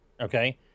Okay